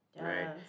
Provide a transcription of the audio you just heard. Right